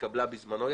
שהתקבלה בזמנו,